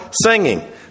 singing